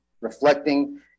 reflecting